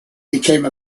became